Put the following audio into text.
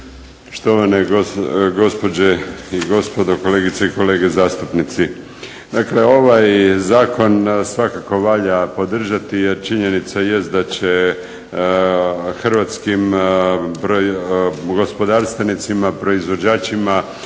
štovane gospođe i gospodo, kolegice i kolege zastupnici. Dakle, ovaj Zakon svakako valja podržati jer činjenica jest da će hrvatskim gospodarstvenicima, proizvođačima